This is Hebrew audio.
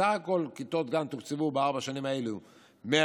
בסך הכול תוקצבו בארבע השנים האלה 141